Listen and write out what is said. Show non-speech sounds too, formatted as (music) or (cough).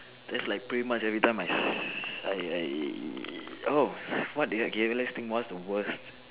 that's like pretty much everytime I (noise) I I oh what did I okay let's think what's the worst